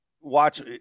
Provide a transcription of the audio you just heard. watch